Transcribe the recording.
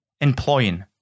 employing